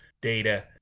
data